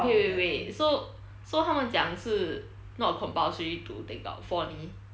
wa~ wa~ wait wait so so 他们讲是 not compulsory to take out for 你